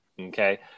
okay